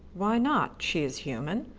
why not? she is human,